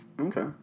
okay